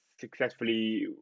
successfully